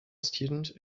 student